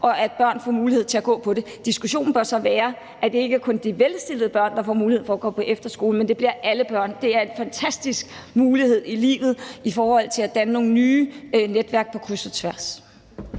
og at børn får mulighed for at gå på dem. Diskussionen bør så være, at det ikke kun er de velstillede børn, der får mulighed for at komme på efterskole, men at det bliver alle børn. Det er en fantastisk mulighed i livet i forhold til at danne nogle nye netværk på kryds og tværs.